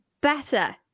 better